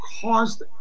caused